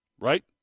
Right